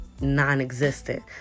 non-existent